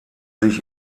sich